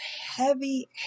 heavy